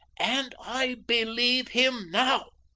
and i believe him now.